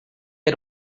era